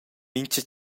mintga